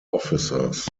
officers